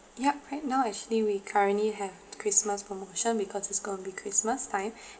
yup right now actually we currently have christmas promotion because it's gonna be christmas time